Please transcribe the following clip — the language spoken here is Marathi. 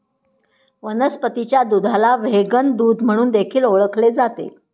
वनस्पतीच्या दुधाला व्हेगन दूध म्हणून देखील ओळखले जाते